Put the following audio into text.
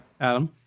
Adam